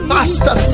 Master